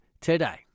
today